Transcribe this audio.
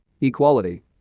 equality